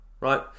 right